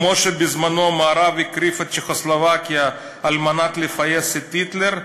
כמו שבזמנו המערב הקריב את צ'כוסלובקיה כדי לפייס את היטלר,